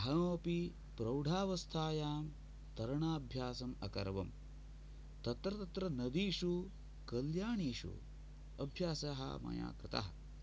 अहम् अपि प्रौढावस्थायां तरणाभ्यासम् अकरवम् तत्र तत्र नदीषु कल्याणीषु अभ्यासाः मया कृतः